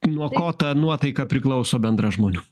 nuo ko ta nuotaika priklauso bendra žmonių